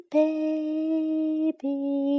baby